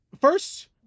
first